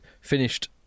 finished